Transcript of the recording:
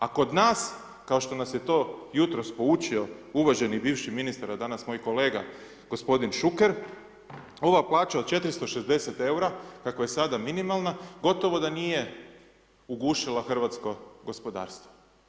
A kod nas, kao što nas je to jutros poučio uvaženi bivši ministar a danas moj kolega g. Šuker, ova plaća od 460 eura, kako je sada minimalna, gotovo da nije ugušila hrvatsko gospodarstvo.